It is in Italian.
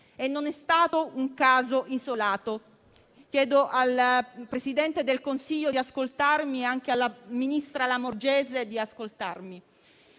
e non è stato un caso isolato (chiedo al Presidente del Consiglio e anche alla ministra Lamorgese di ascoltarmi).